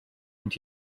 and